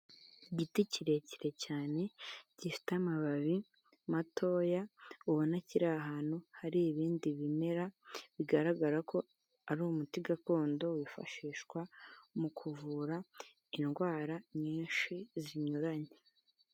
Igiti kirekire cyane, gifite amababi matoya, ubona kiri ahantu hari ibindi bimera, bigaragara ko ari umuti gakondo, wifashishwa mu kuvura indwara nyinshi zinyuranye.